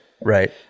Right